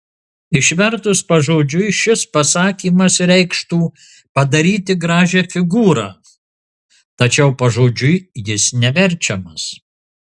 išvertus pažodžiui šis pasakymas reikštų padaryti gražią figūrą tačiau pažodžiui jis neverčiamas